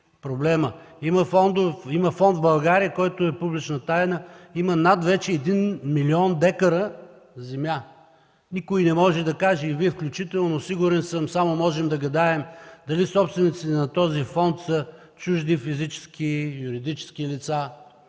проблема. Има фонд в България, който е публична тайна, и той има вече над един милион декара земя. Никой не може да каже, и Вие включително, сигурен съм, само можем да гадаем дали собствениците на този фонд са чужди физически и юридически лица,